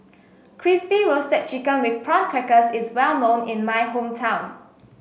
Crispy Roasted Chicken with Prawn Crackers is well known in my hometown